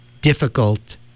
difficult